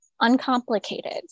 Uncomplicated